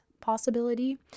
possibility